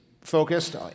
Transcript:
focused